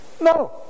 No